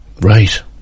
Right